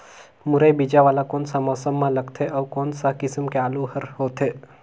मुरई बीजा वाला कोन सा मौसम म लगथे अउ कोन सा किसम के आलू हर होथे?